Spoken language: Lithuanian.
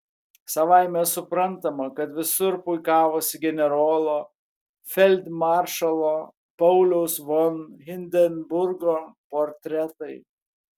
savaime suprantama kad visur puikavosi generolo feldmaršalo pauliaus von hindenburgo portretai